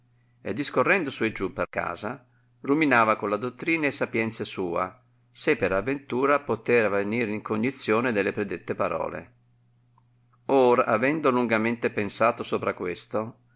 e discorrendo su e giù per casa ruminava con la dottrina e sapienzia sua se per aventura poteva venir in cognizione delle predette parole or avendo lungamente pensato sopra questo